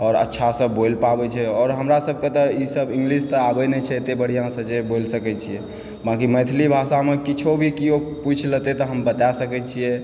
आओर अच्छासँ बोलि पाबै छै आओर हमरा सबकेँ तऽ ई सब इंग्लिश तऽ आबय नहि छै एते बढ़िआँसँ बाँकि मैथिली भाषामे किछु भी केओ पूछी लेतय तऽ हम बता सकए छियै